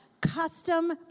custom